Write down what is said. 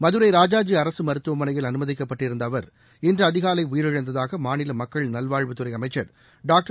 மதுரை ராஜாஜி அரசு மருத்துவமனையில் அனுமதிக்கப்பட்டிருந்த அவர் இன்று அதிகாலை உயிரிழந்ததாக மாநில மக்கள் நல்வாழ்வுத்துறை அமைச்சர் டாக்டர்